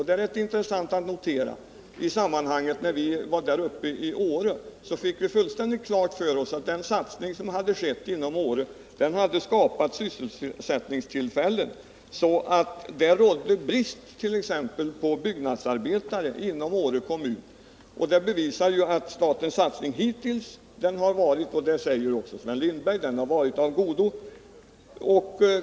Det är rätt intressant att notera att när vi var uppe i Åre fick vi fullständigt klart för oss att den satsning som skett inom Åre skapat sysselsättningstillfällen så att det råder brist på t.ex. byggnadsarbetare inom Åre kommun. De bevisar ju att statens satsning hittills har varit — och det säger också Sven Lindberg — av godo.